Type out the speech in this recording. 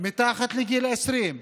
והם מתחת לגיל 20,